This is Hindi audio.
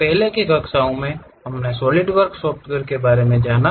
पहले की कक्षाओं में हमने सॉलिडवर्क्स सॉफ्टवेयर के बारे में जाना